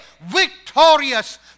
victorious